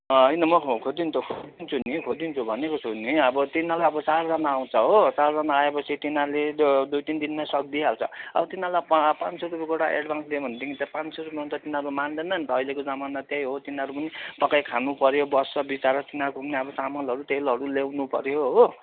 होइन म खोजिदिनु त खोजिदिन्छु नि खोजिदिन्छु भनेको छु नि अब तिनीहरूलाई अब चारजना आउँछ हो चारजना आएपछि तिनीहरूले दुई तिन दिनमै सकिदिइहाल्छ अब तिनीहरूलाई पाँच सौ रुपियाँ गोटा एड्भान्स दियो भनेदेखि त पाँच सौमा त तिनीहरू मान्दैन नि त अहिलेको जमाना त्यही हो तिनीहरू पनि पकाइ खानुपऱ्यो बस्छ विचारा तिनीहरूको पनि अब चामलहरू तेलहरू ल्याउनुपऱ्यो हो